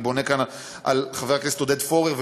אני בונה כאן על חבר הכנסת עודד פורר,